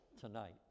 Tonight